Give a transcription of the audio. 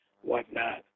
whatnot